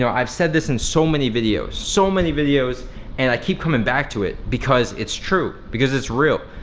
so i've said this in so many videos. so many videos and i keep coming back to it because it's true, because it's real.